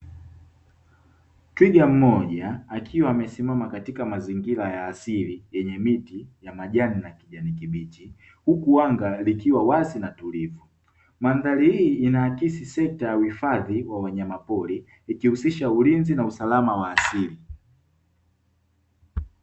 Twiga mmoja akiwa amesimama katika mazingira ya asili yenye miti ya majani ya kijani kibichi huku anga likiwa wazi na tulivu. Mandhari hii inaakisi sekta ya uhifadhi wa wanyama pori ikihusisha ulinzi na usalama wa asili.